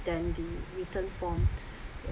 than the written form